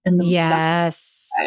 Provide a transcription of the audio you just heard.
Yes